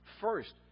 First